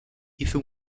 hizo